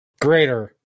Greater